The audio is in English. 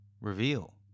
reveal